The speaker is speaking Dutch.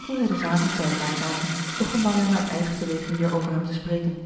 toen zij des avonds bij elkaar zaten begon marianne uit eigen beweging weer over hem te spreken